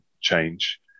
change